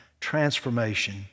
transformation